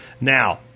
Now